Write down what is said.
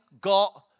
got